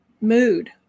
mood